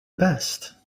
best